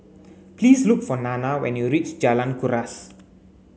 please look for Nana when you reach Jalan Kuras